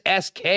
sk